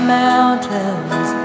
mountains